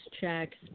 checks